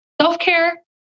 Self-Care